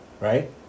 Right